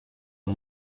amb